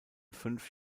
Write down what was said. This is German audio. fünf